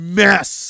mess